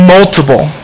Multiple